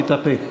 תתאפק.